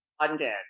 London